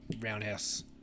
roundhouse